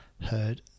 heard